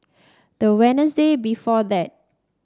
the Wednesday before that